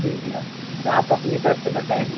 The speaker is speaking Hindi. जी भैया तो आप अपनी तरफ़ से बताएं